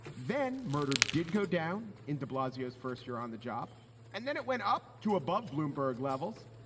then murder did go down in de blasio as first year on the job and then it went up to above bloomberg levels.